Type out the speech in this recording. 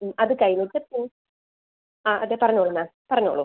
അത് കഴിഞ്ഞിട്ട് ആ അതെ പറഞ്ഞോളൂ മാം പറഞ്ഞോളൂ